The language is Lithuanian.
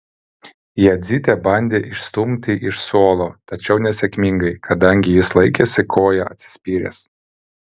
jadzytė bandė išstumti iš suolo tačiau nesėkmingai kadangi jis laikėsi koja atsispyręs